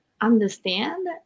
understand